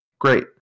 Great